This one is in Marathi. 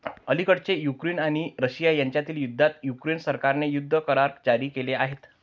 अलिकडेच युक्रेन आणि रशिया यांच्यातील युद्धात युक्रेन सरकारने युद्ध करार जारी केले आहेत